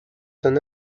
ton